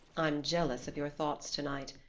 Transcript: i'm jealous of your thoughts tonight.